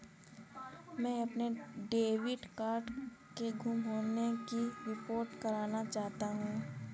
मैं अपने debit card के गुम होने की रिपोर्ट करना चाहता हूँ